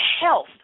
health